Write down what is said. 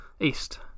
East